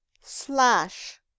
slash